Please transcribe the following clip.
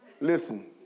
listen